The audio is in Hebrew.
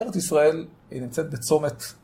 ארץ ישראל היא נמצאת בצומת.